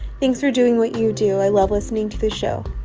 thanks for doing what you do. i love listening to this show.